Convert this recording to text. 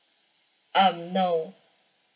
um no